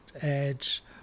edge